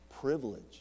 privilege